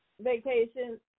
vacation